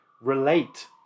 relate